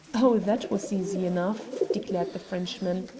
oh, that was easy enough, declared the frenchman.